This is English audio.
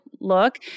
look